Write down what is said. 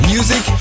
Music